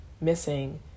missing